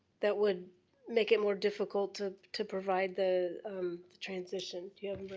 that would make it more difficult to to provide the um the transition, do you have